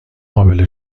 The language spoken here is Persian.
قابل